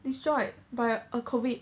destroyed by uh COVID